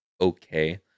okay